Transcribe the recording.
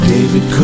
David